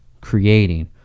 creating